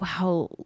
wow